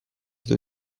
эту